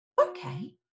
Okay